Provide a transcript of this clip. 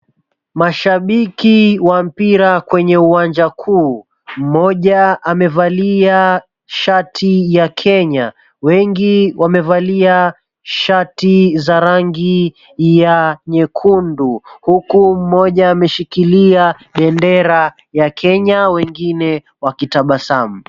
Mashabiki wa mpira kwenye uwanja kuu, mmoja amevalia shati ya Kenya ,wengi wamevalia shati za rangi ya nyekundu, huku mmoja ameshikilia bendera ya Kenya wengine wakitabasamu.